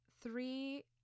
three